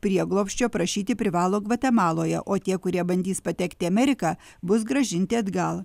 prieglobsčio prašyti privalo gvatemaloje o tie kurie bandys patekti į ameriką bus grąžinti atgal